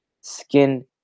skin